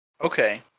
Okay